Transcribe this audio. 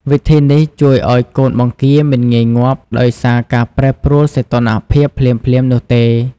វិធីនេះជួយឲ្យកូនបង្គាមិនងាយងាប់ដោយសារការប្រែប្រួលសីតុណ្ហភាពភ្លាមៗនោះទេ។